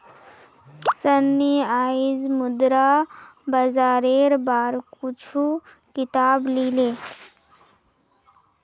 सन्नी आईज मुद्रा बाजारेर बार कुछू किताब ली ले